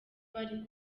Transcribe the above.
bari